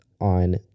on